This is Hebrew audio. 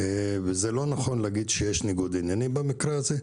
וזה לא נכון להגיד שיש ניגוד עניינים במקרה הזה.